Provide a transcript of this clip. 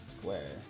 square